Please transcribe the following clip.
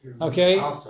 okay